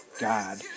god